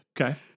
Okay